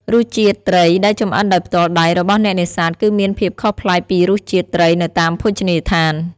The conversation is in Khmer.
រសជាតិត្រីដែលចម្អិនដោយផ្ទាល់ដៃរបស់អ្នកនេសាទគឺមានភាពខុសប្លែកពីរសជាតិត្រីនៅតាមភោជនីយដ្ឋាន។